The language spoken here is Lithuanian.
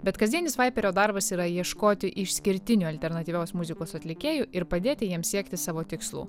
bet kasdienis vaiperio darbas yra ieškoti išskirtinių alternatyvios muzikos atlikėjų ir padėti jiems siekti savo tikslų